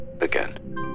again